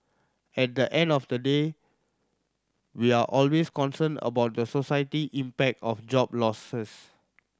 at the end of the day we're always concerned about the society impact of job losses